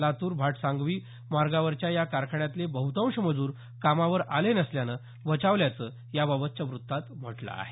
लातूर भाटसांगवी मार्गावरच्या या कारखान्यातले बहुतांश मजूर कामावर आले नसल्यानं बचावल्याचं याबाबतच्या वृत्तात म्हटलं आहे